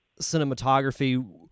cinematography